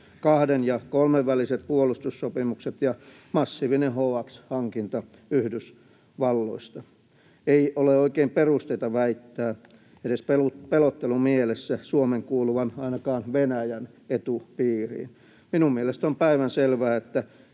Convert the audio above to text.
kahden- ja kolmenväliset puolustussopimukset ja massiivinen HX-hankinta Yhdysvalloista. Ei ole oikein perusteita väittää edes pelottelumielessä Suomen kuuluvan ainakaan Venäjän etupiiriin. Minun mielestäni on päivänselvää, että